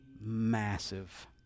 massive